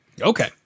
Okay